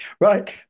right